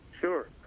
Sure